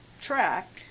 track